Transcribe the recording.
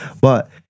but-